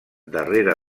darrere